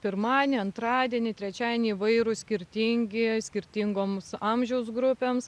pirmadienį antradienį trečiadienį įvairūs skirtingi skirtingoms amžiaus grupėms